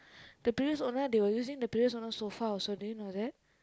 the previous owner they were using the previous owner sofa also do you know that